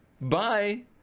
Bye